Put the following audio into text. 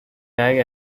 tag